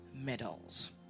medals